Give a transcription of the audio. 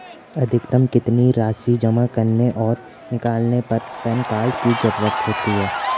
अधिकतम कितनी राशि जमा करने और निकालने पर पैन कार्ड की ज़रूरत होती है?